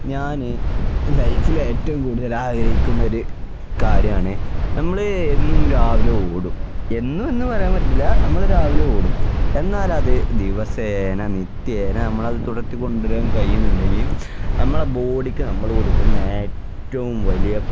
ഞാൻ ലൈഫിൽ ഏറ്റവും കൂടുതൽ ആഗ്രഹിക്കുന്ന ഒരു കാര്യമാണ് നമ്മൾ എന്നും രാവിലെ ഓടും എന്നും എന്ന് പറയാൻ പറ്റില്ല നമ്മൾ രാവിലെ ഓടും എന്നാൽ അത് ദിവസേന നിത്യേന നമ്മൾ അത് തുടർത്തി കൊണ്ടുവരാൻ കഴിയുന്നുണ്ടെങ്കിൽ നമ്മൾ ബോഡിക്ക് നമ്മൾ കൊടുക്കുന്ന ഏറ്റവും വലിയ